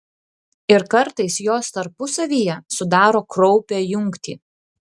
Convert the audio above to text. ir kartais jos tarpusavyje sudaro kraupią jungtį